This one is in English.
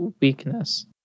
weakness